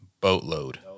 boatload